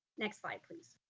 next slide, please.